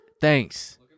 Thanks